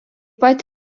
pat